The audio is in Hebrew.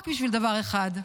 רק בשביל דבר אחד,